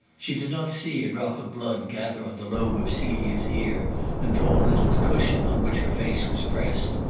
she did not see a drop of blood gather on the lobe of celia's ear and fall into the cushion on which her face was pressed.